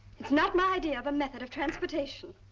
it's not my idea of a method of transportation.